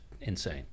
insane